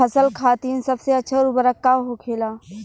फसल खातीन सबसे अच्छा उर्वरक का होखेला?